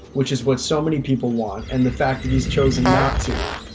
which is what so many people want. and the fact that he's chosen not to,